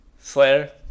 Slayer